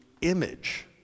image